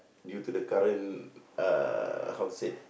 due to the current uh how to said